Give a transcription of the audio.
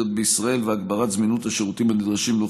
בישראל והגברת זמינות השירותים הנדרשים לה,